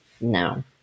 No